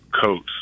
coats